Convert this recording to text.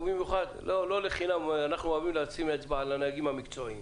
לא לחינם אנחנו אוהבים לשים אצבע על הנהגים המקצועיים.